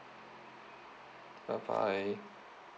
bye bye